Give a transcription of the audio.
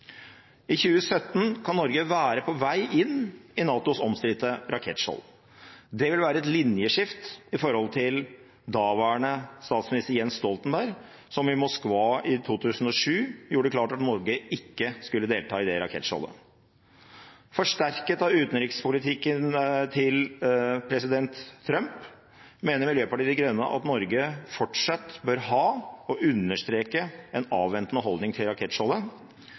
I 2017 kan Norge være på vei inn i NATOs omstridte rakettskjold. Det vil være et linjeskifte i forhold til det som daværende statsminister Jens Stoltenberg i Moskva i 2007 gjorde klart: at Norge ikke skulle delta i rakettskjoldet. Forsterket av president Trumps utenrikspolitikk mener Miljøpartiet De Grønne at Norge fortsatt bør ha – jeg understreker det – en avventende holdning til